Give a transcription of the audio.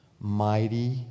mighty